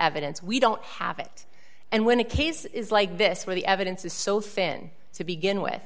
evidence we don't have it and when a case is like this where the evidence is so thin to begin with